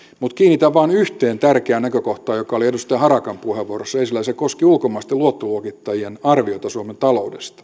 mutta kiinnitän huomiota vain yhteen tärkeään näkökohtaan joka oli edustaja harakan puheenvuorossa esillä ja se koski ulkomaisten luottoluokittajien arvioita suomen taloudesta